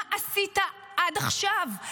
מה עשית עד עכשיו?